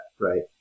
Right